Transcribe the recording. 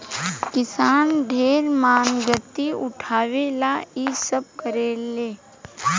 किसान ढेर मानगती उठावे ला इ सब करेले